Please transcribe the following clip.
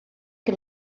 que